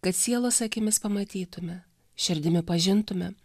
kad sielos akimis pamatytume širdimi pažintume